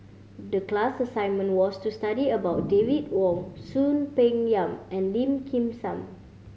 the class assignment was to study about David Wong Soon Peng Yam and Lim Kim San